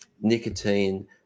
nicotine